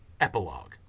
Epilogue